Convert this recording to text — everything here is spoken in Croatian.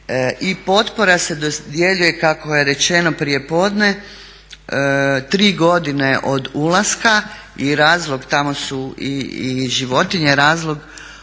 potpora se dodjeljuje kako je rečeno prijepodne tri godine od ulaska i razlog,